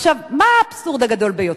עכשיו, מה האבסורד הגדול ביותר?